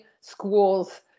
schools